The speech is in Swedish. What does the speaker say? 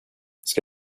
ska